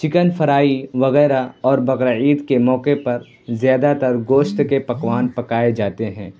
chicken fry وغیرہ اور بقر عید کے موقعے پر زیادہ تر گوشت کے پکوان پکائے جاتے ہیں